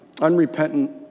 unrepentant